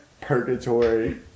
Purgatory